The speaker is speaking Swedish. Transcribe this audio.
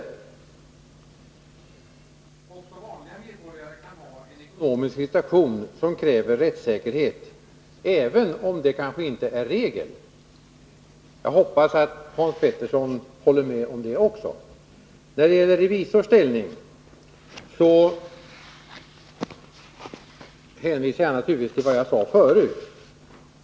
Också vanliga medborgare kan ha en ekonomisk situation som kräver rättssäkerhet, även om det kanske inte är regel. Jag hoppas att Hans Pettersson håller med om det. När det gäller revisors ställning hänvisar jag naturligtvis till vad jag sade förut.